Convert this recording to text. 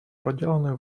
проделанной